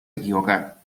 equivocar